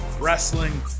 wrestling